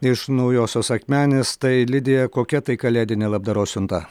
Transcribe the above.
iš naujosios akmenės tai lidija kokia tai kalėdinė labdaros siunta